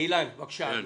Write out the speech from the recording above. אילן גילאון, בבקשה.